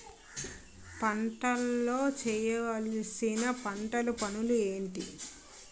పంటలో చేయవలసిన పంటలు పనులు ఏంటి?